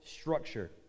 structure